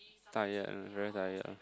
tired ah very tired ah